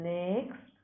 next